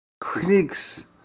critics